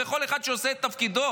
בכל אחד שעושה את תפקידו,